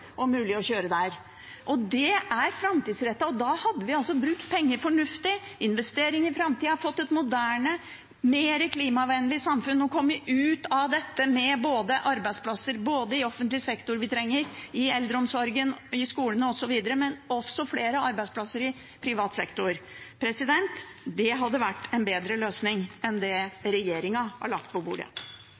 og mulig å kjøre der. Det er framtidsrettet. Da hadde vi brukt penger fornuftig, investert i framtida, fått et moderne, mer klimavennlig samfunn og kommet ut av dette med flere arbeidsplasser, både i offentlig sektor, som vi trenger i eldreomsorgen, i skolene osv., og også i privat sektor. Det hadde vært en bedre løsning enn det regjeringen har lagt på bordet.